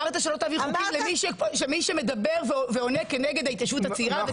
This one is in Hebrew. אמרת שלא תעביר חוקים של מי שמדבר ועונה נגד ההתיישבות הצעירה.